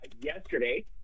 Yesterday